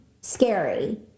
scary